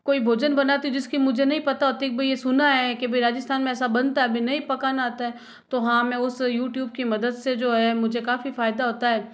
कोई भोजन बनाती हूँ जिसकी मुझे नहीं पता होती कि भई ये सुना है के भई राजस्थान में ऐसा बनता है अभी नहीं पकाना आता है तो हाँ मैं उस यूट्यूब की मदद से जो है मुझे काफ़ी फ़ायदा होता है